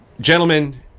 Gentlemen